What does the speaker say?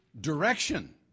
direction